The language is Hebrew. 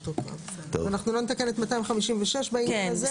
אנחנו לא נתקן את 256 בעניין הזה,